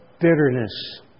bitterness